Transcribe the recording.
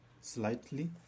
slightly